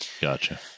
gotcha